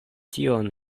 tion